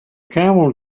camel